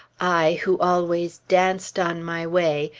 i, who always danced on my way,